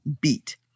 beat